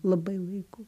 labai laiku